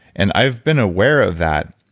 and i've been aware of that.